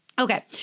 Okay